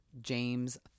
James